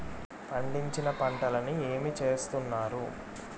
పండించిన పంటలని ఏమి చేస్తున్నారు?